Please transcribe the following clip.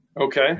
Okay